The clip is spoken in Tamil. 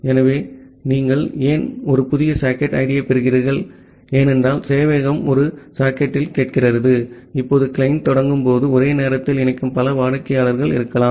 ஆகவே நீங்கள் ஏன் ஒரு புதிய சாக்கெட் ஐடியைப் பெறுகிறீர்கள் ஏனென்றால் சேவையகம் ஒரு சாக்கெட்டில் கேட்கிறது இப்போது கிளையன்ட் தொடங்கும் போது ஒரே நேரத்தில் இணைக்கும் பல வாடிக்கையாளர்கள் இருக்கலாம்